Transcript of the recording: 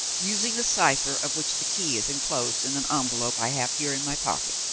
using a cipher of which the key is enclosed in an envelope i have here in my pocket,